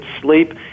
sleep